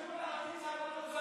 החברים שלך היו בקואליציה באותו זמן.